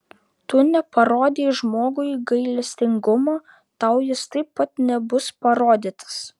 tu neparodei žmogui gailestingumo tau jis taip pat nebus parodytas